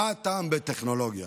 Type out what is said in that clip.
מה הטעם בטכנולוגיה?